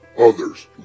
others